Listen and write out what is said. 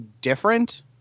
different